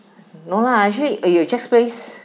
no lah !aiyo! Jack's Place